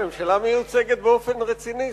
הממשלה מיוצגת באופן רציני.